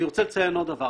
אני רוצה לציין עוד דבר.